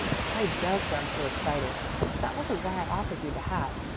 the play does sound so exciting. but that wasn't why i offered you the hat.